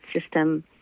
system